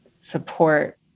support